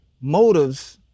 motives